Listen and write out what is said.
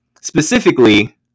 Specifically